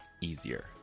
easier